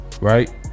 right